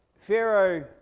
Pharaoh